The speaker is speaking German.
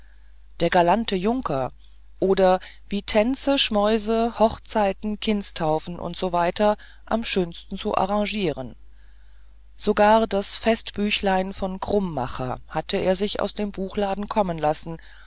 der galante junker oder wie tänze schmäuse hochzeiten kindtaufen usw am schönsten zu arrangieren sogar das festbüchlein von krummacher hatte er sich aus dem buchladen kommen lassen